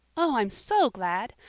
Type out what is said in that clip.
oh, i'm so glad.